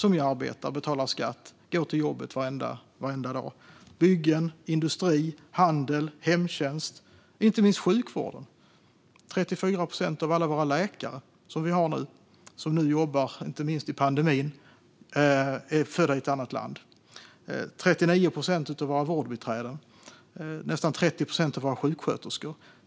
De arbetar, betalar skatt och går till jobbet varenda dag - på byggen, i industrin, inom handel och hemtjänst och inte minst i sjukvården. 34 procent av alla våra läkare, som inte minst jobbar nu i pandemin, är födda i ett annat land. Samma sak gäller 39 procent av våra vårdbiträden och nästan 30 procent av våra sjuksköterskor.